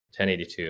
1082